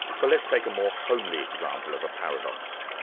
but let's take a more homely example of a paradox.